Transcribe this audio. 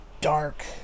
dark